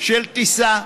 של טיסה.